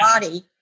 body